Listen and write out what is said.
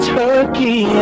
turkey